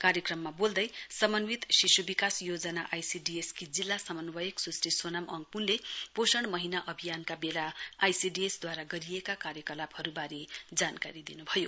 कार्यक्रममा वोल्दै समन्वित शिशु विकास योजना आईसीडीएस की जिल्ला समन्वयक सुश्री सोनाम अङ्मुले पोषण महीना अभियानका वेला आईसीडीएस द्वारा गरिएका कार्यकलापहरुवारे जानकारी दिनुभयो